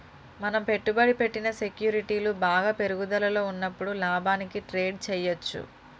మనం పెట్టుబడి పెట్టిన సెక్యూరిటీలు బాగా పెరుగుదలలో ఉన్నప్పుడు లాభానికి ట్రేడ్ చేయ్యచ్చు